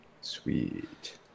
Sweet